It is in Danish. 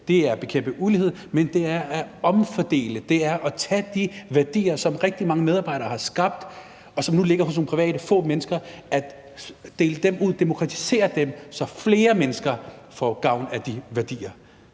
er at bekæmpe ulighed, og det er at omfordele og tage de værdier, som rigtig mange medarbejdere har skabt, og som nu ligger hos nogle få private mennesker, og dele dem ud, demokratisere dem, så flere mennesker får gavn af de værdier.